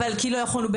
כי לא יכולנו,